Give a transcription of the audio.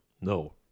No